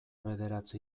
bederatzi